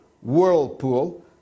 whirlpool